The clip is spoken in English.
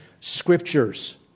Scriptures